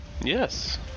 yes